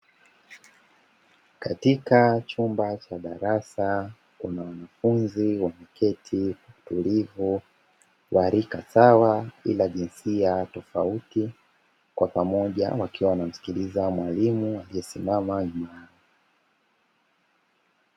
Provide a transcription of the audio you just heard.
Katika chumba cha darasa kuna wanafunzi wameketi kwa utulivu wa rika sawa ila jinsia tofauti, kwa pamoja wakiwa wanamsikiliza mwalimu aliyesimama nyuma.